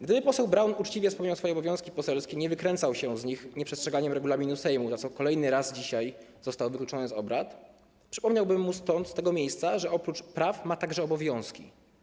Gdyby poseł Braun uczciwie wypełniał swoje obowiązki poselskie, nie wykręcał się z nich nieprzestrzeganiem regulaminu Sejmu, za co kolejny raz dzisiaj został wykluczony z obrad, przypomniałbym mu z tego miejsca, że oprócz praw ma także obowiązki.